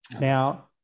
Now